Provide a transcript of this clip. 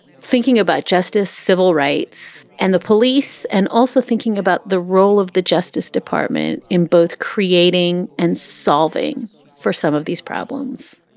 thinking about justice, civil rights and the police, and also thinking about the role of the justice department in both creating and solving for some of these problems.